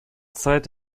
zeit